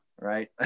Right